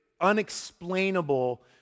unexplainable